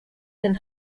than